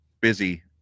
busy